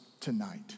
tonight